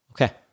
Okay